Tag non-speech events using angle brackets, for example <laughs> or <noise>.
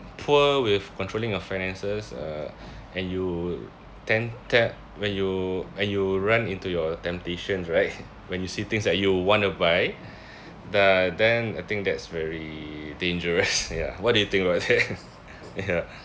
poor with controlling your finances uh and you tend tend when you and you run into your temptations right when you see things that you want to buy the then I think that's very dangerous <laughs> ya what do you think about that <laughs> ya